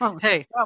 hey